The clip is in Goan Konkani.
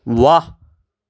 वा